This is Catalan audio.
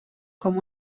com